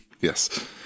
Yes